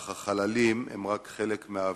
אך החללים הם רק חלק מהאבדות.